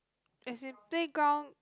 as in playground